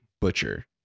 butcher